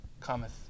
cometh